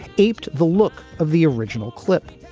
aped the look of the original clip.